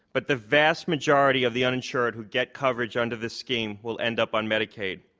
but the vast majority of the uninsured who get coverage under this scheme will end up on medicaid.